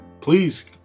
Please